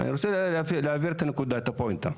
אני רוצה להעביר את הנקודה, את הפואנטה.